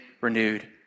renewed